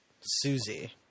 Susie